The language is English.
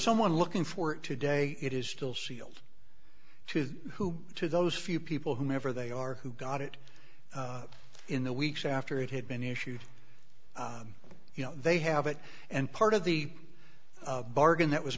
someone looking for today it is still sealed to who to those few people whoever they are who got it in the weeks after it had been issued you know they have it and part of the bargain that was